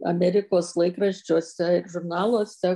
amerikos laikraščiuose žurnaluose